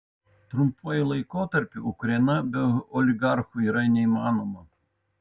trumpuoju laikotarpiu ukraina be oligarchų yra neįmanoma